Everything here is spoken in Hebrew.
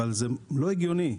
אבל זה לא הגיוני.